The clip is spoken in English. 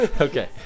Okay